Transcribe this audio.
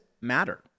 matter